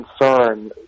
concern